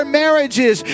marriages